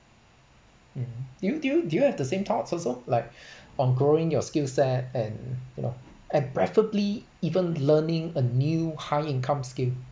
um do you do you do you have the same thoughts also like on growing your skill set and you know and preferably even learning a new high income skill